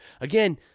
Again